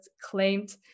claimed